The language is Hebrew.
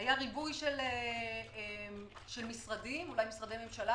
היה ריבוי של משרדי ממשלה,